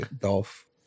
Dolph